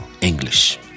English